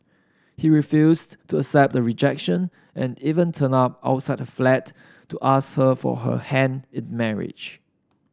he refused to accept the rejection and even turned up outside flat to ask her for her hand in marriage